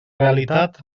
realitat